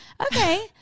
Okay